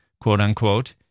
quote-unquote